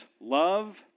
love